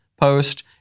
post